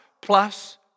plus